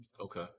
Okay